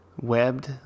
Webbed